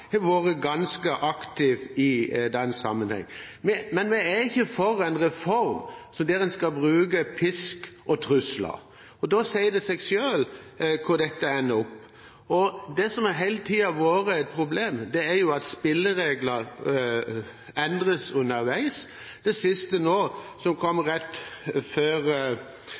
har vært ganske aktive i den sammenheng. Men vi er ikke for en reform der en skal bruke pisk og trusler. Da sier det seg selv hvor dette ender. Det som hele tiden har vært et problem, er jo at spillereglene har blitt endret underveis. Det siste som kom rett før